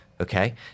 okay